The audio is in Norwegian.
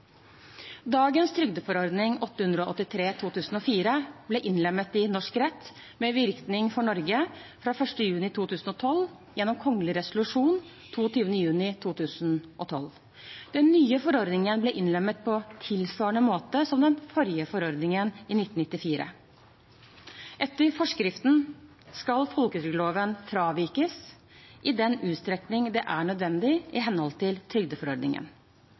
Dagens trygdeforordning 883/2004 ble innlemmet i norsk rett med virkning for Norge fra 1. juni 2012 gjennom kongelig resolusjon 22. juni 2012. Den nye forordningen ble innlemmet på tilsvarende måte som den forrige forordningen i 1994. Etter forskriften skal folketrygdloven fravikes i den utstrekning det er nødvendig i henhold til trygdeforordningen.